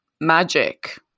magic